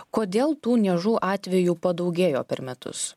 kodėl tų niežų atvejų padaugėjo per metus